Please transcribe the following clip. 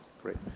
Great